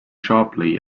sharply